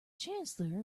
chancellor